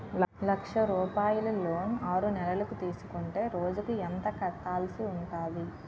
లక్ష రూపాయలు లోన్ ఆరునెలల కు తీసుకుంటే రోజుకి ఎంత కట్టాల్సి ఉంటాది?